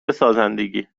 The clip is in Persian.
سازندگی